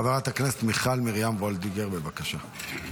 חברת הכנסת מיכל מרים וולדיגר, בבקשה.